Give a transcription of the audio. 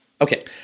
Okay